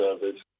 Service